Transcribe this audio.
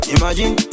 Imagine